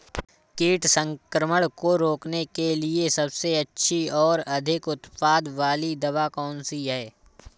कीट संक्रमण को रोकने के लिए सबसे अच्छी और अधिक उत्पाद वाली दवा कौन सी है?